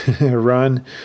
run